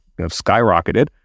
skyrocketed